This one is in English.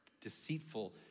deceitful